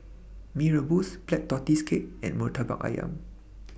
Mee Rebus Black Tortoise Cake and Murtabak Ayam